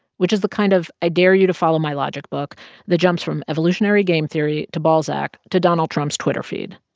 which is the kind of i-dare-you-to-follow-my-logic book that jumps from evolutionary game theory to balzac to donald trump's twitter feed.